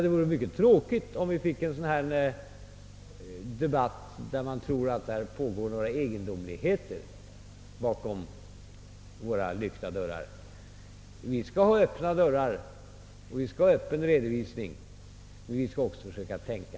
Det vore tråkigt om vi finge en debatt, av vilken skulle framgå att man tror att några egendomligheter pågår bakom våra lyckta dörrar. Vi skall ha öppna dörrar och öppen redovisning, men vi skall också försöka tänka.